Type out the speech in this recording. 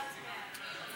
אפשר להצביע.